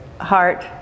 heart